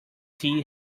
tea